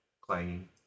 Clanging